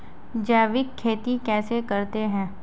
जैविक खेती कैसे करते हैं?